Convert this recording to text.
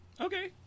Okay